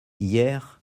hier